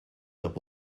that